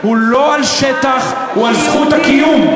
הוא לא על שטח, הוא על זכות הקיום.